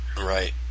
Right